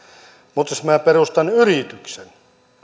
mutta jos minä perustan yrityksen